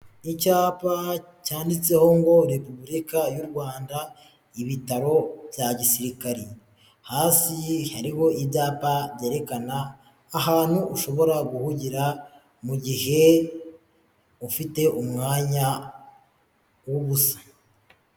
Icyapa cyanditseho ngo repubulika y'u Rwanda, ibitaro bya gisirikari. Hasi hariho ibyapa byerekana ahantu ushobora guhugira, mu gihe ufite umwanya w'ubusa.